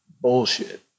bullshit